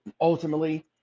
Ultimately